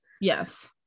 Yes